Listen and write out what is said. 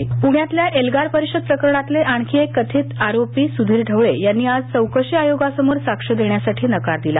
प्ण्यातल्या एल्गार परिषद प्रकरणातले आणखी एक कथित आरोपी सुधीर ढवळे यांनी आज चौकशी आयोगासमोर साक्ष देण्यास नकार दिला